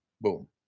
Boom